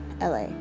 LA